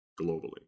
globally